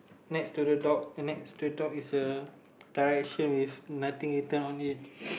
next to the dog next to the dog is a direction with nothing written on it